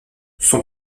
son